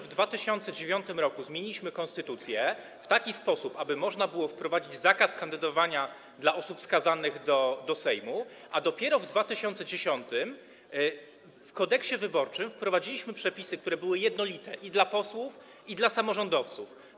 W 2009 r. zmieniliśmy konstytucję w taki sposób, aby można było wprowadzić zakaz kandydowania osób skazanych do Sejmu, a dopiero w 2010 r. w Kodeksie wyborczym wprowadziliśmy przepisy, które były jednolite w odniesieniu i do posłów, i do samorządowców.